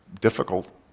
difficult